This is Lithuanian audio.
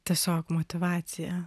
tiesiog motyvacija